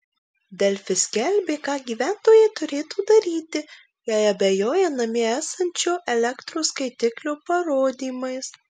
delfi skelbė ką gyventojai turėtų daryti jei abejoja namie esančio elektros skaitiklio parodymais